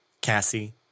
Cassie